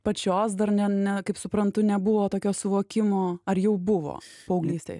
pačios dar ne ne kaip suprantu nebuvo tokio suvokimo ar jau buvo paauglystėj